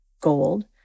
gold